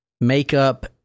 makeup